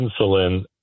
insulin